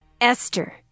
Esther